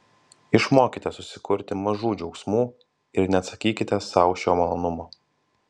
išmokite susikurti mažų džiaugsmų ir neatsakykite sau šio malonumo